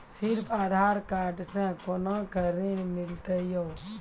सिर्फ आधार कार्ड से कोना के ऋण मिलते यो?